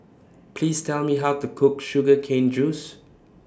Please Tell Me How to Cook Sugar Cane Juice